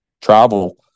travel